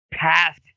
past